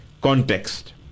context